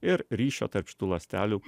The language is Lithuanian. ir ryšio tarp šitų ląstelių